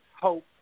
Hope